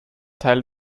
teil